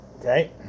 Okay